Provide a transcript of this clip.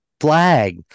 flag